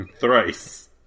thrice